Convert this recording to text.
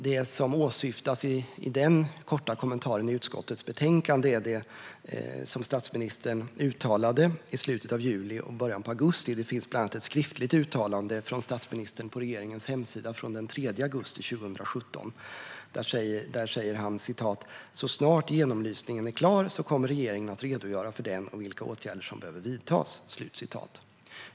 Det som åsyftas i den korta kommentaren i utskottets betänkande är det som statsministern uttalade i slutet av juli och början av augusti. Det finns ett skriftlig uttalande från statsministern på regeringens hemsida från den 3 augusti 2017. Statsministern säger där: "Så snart genomlysningen är klar kommer regeringen att redogöra för den om vilka åtgärder som behöver vidtas."